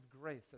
grace